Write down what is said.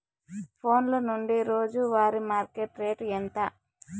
ఫోన్ల నుండి రోజు వారి మార్కెట్ రేటు ఎంత?